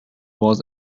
was